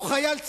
או חייל צה"ל,